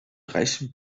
reichen